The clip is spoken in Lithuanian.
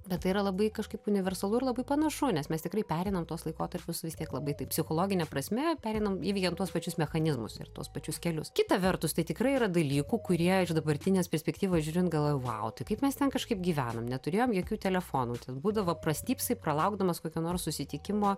bet tai yra labai kažkaip universalu ir labai panašu nes mes tikrai pereinam tuos laikotarpius vis tiek labai taip psichologine prasme pereinam į vien tuos pačius mechanizmus ir tuos pačius kelius kita vertus tai tikrai yra dalykų kurie iš dabartinės perspektyvos žiūrint galvoju vau tai kaip mes ten kažkaip gyvenam neturėjom jokių telefonų ten būdavo prastypsai pralaukdamas kokio nors susitikimo